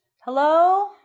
Hello